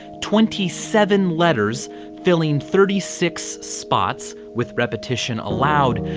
twenty seven letters filling thirty six spots, with repetition allowed,